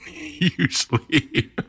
usually